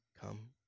come